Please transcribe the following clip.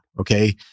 okay